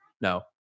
no